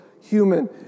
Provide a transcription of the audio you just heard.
human